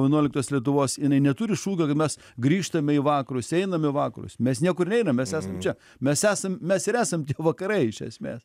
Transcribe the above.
vienuoliktos lietuvos jinai neturi šūkio kad mes grįžtame į vakarus einam į vakarus mes niekur neinam mes esam čia mes esam mes ir esam vakarai iš esmės